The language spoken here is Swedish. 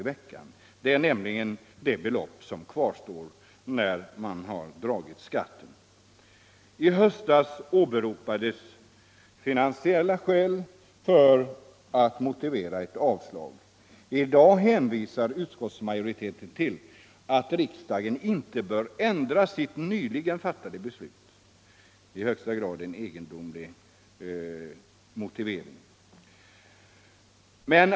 i veckan. Det är nämligen det belopp som kvarstår när skatten är dragen. I höstas åberopades finansiella skäl som motiv för ett avslag. I dag hänvisar utskottsmajoriteten till att riksdagen inte bör ändra sitt nyligen fattade beslut — i högsta grad en egendomlig motivering.